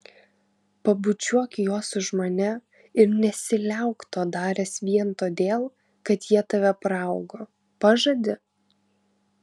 pabučiuok juos už mane ir nesiliauk to daręs vien todėl kad jie tave praaugo pažadi